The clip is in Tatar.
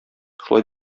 шулай